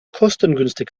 kostengünstig